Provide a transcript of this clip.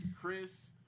Chris